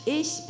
ich